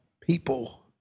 people